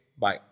Bye